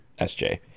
SJ